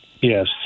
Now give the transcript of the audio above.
yes